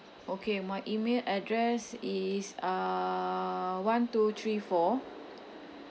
okay my email address is uh one two three four